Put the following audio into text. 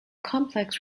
complex